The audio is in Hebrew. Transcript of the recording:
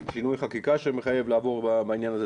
שינוי חקיקה שמחייב לעבור בעניין הזה,